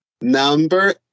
Number